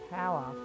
power